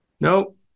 Nope